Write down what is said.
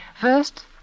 First